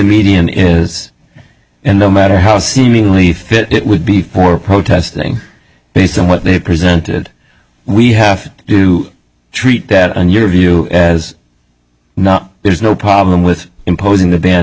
medium is and no matter how seemingly fit it would be for protesting based on what they presented we have do treat bad in your view as not there is no problem with imposing the ba